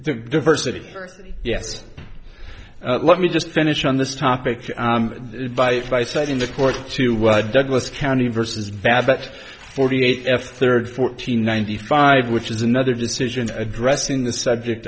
the diversity yes let me just finish on this topic by by citing the court to what douglas county versus bad but forty eight f third fourteen ninety five which is another decision addressing the subject